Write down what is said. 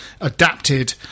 adapted